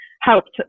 helped